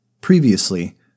Previously